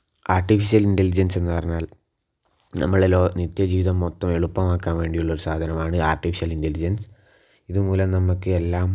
artificial intelligence എന്ന് പറഞ്ഞാൽ നമ്മള് നിത്യജീവിതം മൊത്തം എളുപ്പമാക്കാൻ വേണ്ടിയുള്ള സാധനമാണ് ആർട്ടിഫിഷൽ ഇൻറ്റലിജെൻസ് ഇത് മൂലം നമുക്ക് എല്ലാം